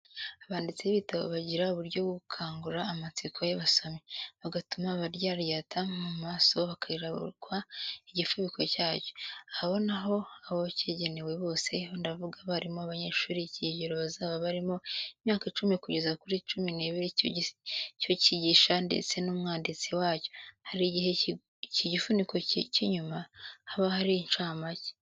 Abanditsi b'ibitabo bagira uburyo bwo gukangura amatsiko y'abasomyi, bagatuma abaryaryata mu maso bakirabukwa igifubiko cyacyo; abonaho abo cyagenewe bose, ndavuga abarimu n'abanyeshuri, ikigero bazaba barimo, imyaka icumi kugeza kuri cumi n'ibiri, icyo kigisha ndetse n'umwanditsi wacyo. Hari igihe ku gifubiko cy' inyuma haba hari incamake.